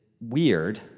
weird